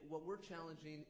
what we're challenging